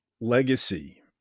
legacy